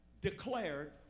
declared